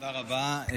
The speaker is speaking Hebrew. תודה רבה.